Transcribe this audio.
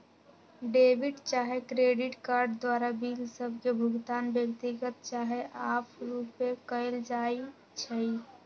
debit चाहे credit card द्वारा bill सभ के भुगतान व्यक्तिगत चाहे आपरुपे कएल जाइ छइ